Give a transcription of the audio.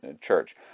Church